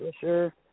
sure